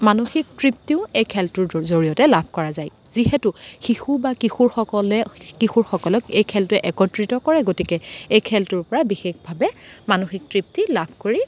মানসিকি তৃপ্তিও এই খেলটোৰ জৰিয়তে লাভ কৰা যায় যিহেতু শিশু বা কিশোৰসকলে কিশোৰসকলক এই খেলটোৱে একত্ৰিত কৰে গতিকে এই খেলটোৰ পৰা বিশেষভাৱে মানসিক তৃপ্তি লাভ কৰি